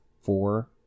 four